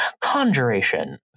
conjuration